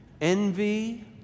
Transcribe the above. envy